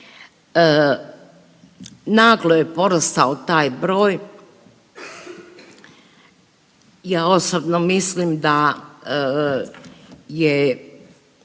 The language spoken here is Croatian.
Naglo je porastao taj broj. Ja osobno mislim da je,